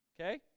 Okay